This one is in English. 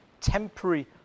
temporary